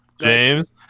James